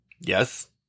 yes